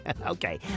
Okay